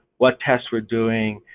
what tests we're doing,